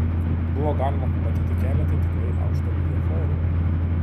buvo galima pamatyti keletą tikrai aukšto lygio chorų